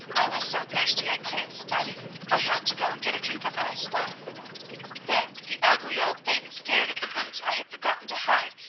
i was so thirsty i couldn't study i had to go and get a drink of ice-water then the ugly old thing stared at the boots i had forgotten to hide,